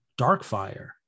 Darkfire